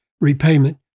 repayment